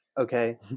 Okay